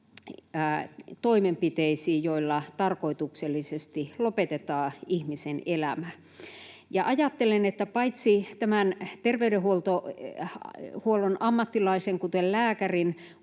toimenpiteisiin, joilla tarkoituksellisesti lopetetaan ihmisen elämä. Ja ajattelen, että paitsi tämän terveydenhuollon ammattilaisen, kuten lääkärin,